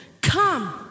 come